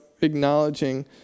acknowledging